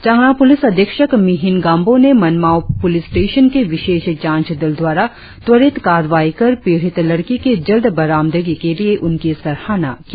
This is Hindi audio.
चांगलांग पुलिस अधीक्षक मिहित गाम्बों ने मनमाव पुलिस स्टेशन के विशेष जांच दल द्वारा त्वरित कारवाई कर पीड़ित लड़की की जल्द बरामदगी के लिए उनकी सराहना की